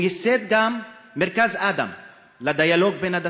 הוא ייסד גם את מרכז "אדם" לדיאלוג בין הדתות.